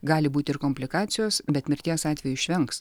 gali būti ir komplikacijos bet mirties atvejo išvengs